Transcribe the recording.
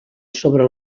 sobre